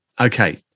Okay